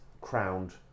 crowned